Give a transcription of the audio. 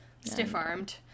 stiff-armed